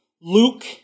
Luke